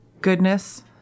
goodness